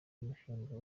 umushinga